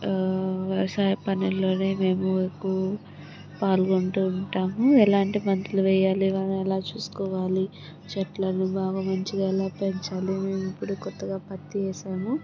వ్యవసాయ పనుల్లోనే మేము ఎక్కువ పాల్గొంటూ ఉంటాము ఎలాంటి మందులు వేయాలి వాళ్ళని ఎలా చూసుకోవాలి చెట్లను బాగా మంచిగా ఎలా పెంచాలి అని మేము ఇప్పుడు కొత్తగా పత్తి వేసాము